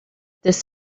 this